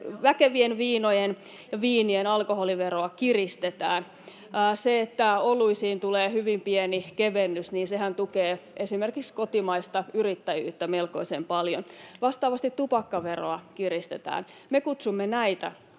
väkevien viinojen ja viinien alkoholiveroa kiristetään. Se, että oluisiin tulee hyvin pieni kevennys, tukee esimerkiksi kotimaista yrittäjyyttä melkoisen paljon. Vastaavasti tupakkaveroa kiristetään. Me kutsumme näitä